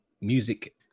music